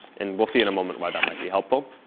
and we'll see in a moment why that might be helpful.